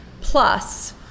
plus